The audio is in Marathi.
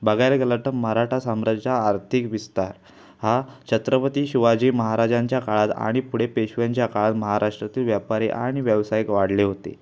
बघायला गेलात तर मराठा साम्राज्यचा आर्थिक विस्तार हा छत्रपती शिवाजी महाराजांच्या काळात आणि पुढे पेशव्यांच्या काळात महाराष्ट्रातील व्यापारी आणि व्यवसायिक वाढले होते